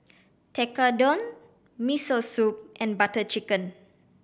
Tekkadon Miso Soup and Butter Chicken